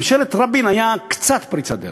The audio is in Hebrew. בממשלת רבין הייתה קצת פריצת דרך,